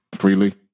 freely